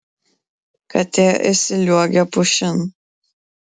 katė įsliuogė pušin